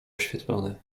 oświetlony